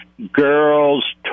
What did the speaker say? girls